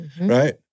right—